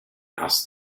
asked